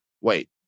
Wait